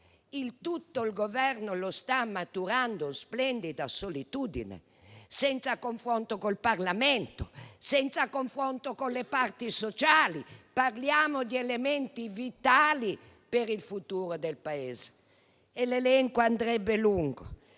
tutto il Governo lo sta maturando in splendida solitudine, senza confronto con il Parlamento e con le parti sociali, eppure parliamo di elementi vitali per il futuro del Paese. L'elenco sarebbe lungo,